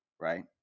right